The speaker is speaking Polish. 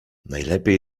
najlepiej